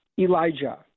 Elijah